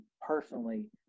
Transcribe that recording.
personally